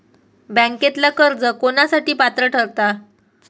बँकेतला कर्ज कोणासाठी पात्र ठरता?